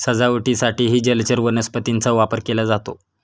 सजावटीसाठीही जलचर वनस्पतींचा वापर केला जातो